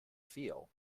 feel